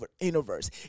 universe